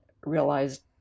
realized